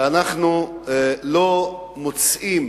שאנחנו לא מוצאים